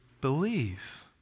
believe